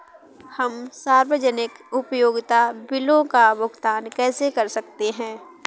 हम सार्वजनिक उपयोगिता बिलों का भुगतान कैसे कर सकते हैं?